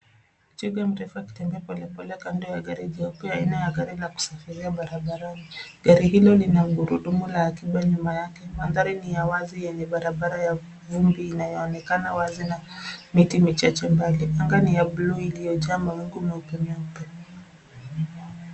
Twiga mrefu akitembea pole pole kando ya gari jeupe aina ya gari ya kusafiria bara barani gari hilo lina gurudumu la akiba nyuma yake mandhari ni ya wazi yenye bara bara ya vumbi inayoonekana wazi na miti michache mbali anga ni ya buluu iliyojaa mawingu meupe meupe.